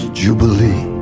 jubilee